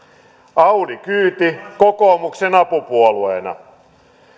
audi kyyti kokoomuksen apupuolueena